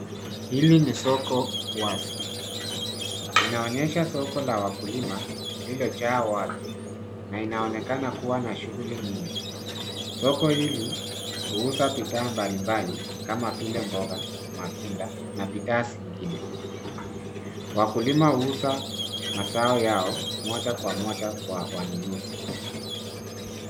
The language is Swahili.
Hili ni soko wazi. Inaonyesha soko la wakulima lililojaa watu na inaonekana kuwa na shughuli nyingi. Soko hili huuza bidhaa mbali mbali kama vile: mboga, matunda na bidhaa zingine. Wakulima huuza mazao yao moja kwa moja kwa wanunuzi.